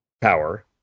power